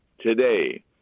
today